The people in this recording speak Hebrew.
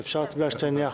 אז אפשר להצביע על שתיהן יחד.